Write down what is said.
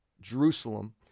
Jerusalem